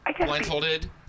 blindfolded